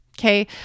Okay